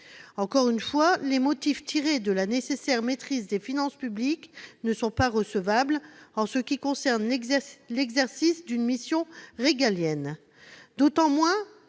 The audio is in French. Encore une fois, les motifs tirés de la nécessaire maîtrise des finances publiques ne sont pas recevables en ce qui concerne l'exercice d'une mission régalienne,